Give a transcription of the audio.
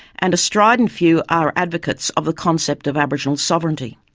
and a strident few are advocates of the concept of aboriginal sovereignty.